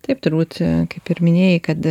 taip turbūt kaip ir minėjai kad